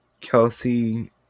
Kelsey